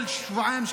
כל שבועיים,